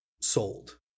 sold